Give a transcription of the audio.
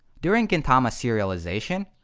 during gintama's serialization,